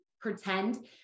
pretend